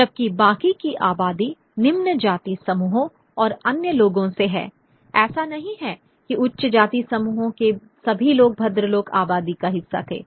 जबकि बाकी की आबादी निम्न जाति समूहों और अन्य लोगों से है ऐसा नहीं है कि उच्च जाति समूहों के सभी लोग भद्रलोक आबादी का हिस्सा थे